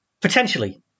potentially